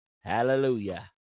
Hallelujah